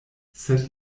sed